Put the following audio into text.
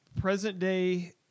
present-day